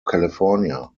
california